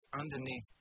underneath